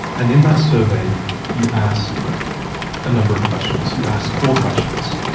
and in that survey you ask a number of questions. you ask four questions.